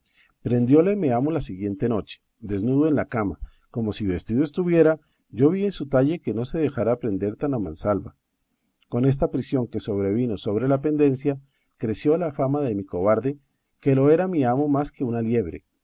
prendióle mi amo la siguiente noche desnudo en la cama que si vestido estuviera yo vi en su talle que no se dejara prender tan a mansalva con esta prisión que sobrevino sobre la pendencia creció la fama de mi cobarde que lo era mi amo más que una liebre